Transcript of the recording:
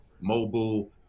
mobile